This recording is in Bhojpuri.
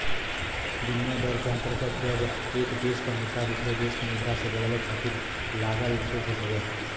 विनिमय दर के अंतर्गत जब एक देश क मुद्रा दूसरे देश क मुद्रा से बदले खातिर लागल शुल्क हउवे